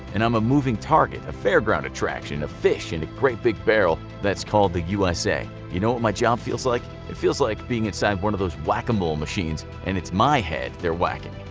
and i'm a moving target, a fairground attraction, a fish in a great big barrel that's called the usa. you know what my job feels like? it feels like being inside one of those whack-a-mole machines and it's my head their whacking.